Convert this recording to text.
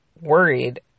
worried